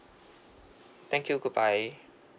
thank you good bye